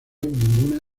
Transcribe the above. ninguna